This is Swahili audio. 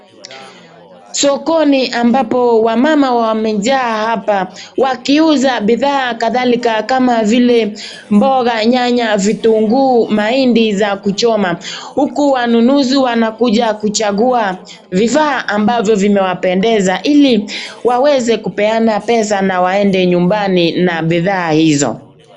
Sokoni ambapo wamama wamejaa hapa wakiuza bidhaa kadhalika kama vile mboga, nyanya, vitunguu, mahindi za kuchoma huku wanunuzi wanakuja kuchagua vifaa ambavyo vimewapendeza ili waweze kupeana pesa na waende nyumbani na bidhaa hizo.